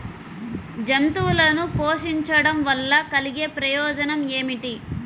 జంతువులను పోషించడం వల్ల కలిగే ప్రయోజనం ఏమిటీ?